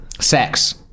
Sex